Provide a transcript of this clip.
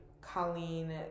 Colleen